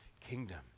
kingdom